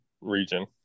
region